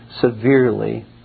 severely